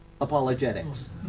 apologetics